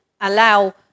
allow